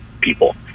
people